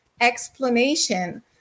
explanation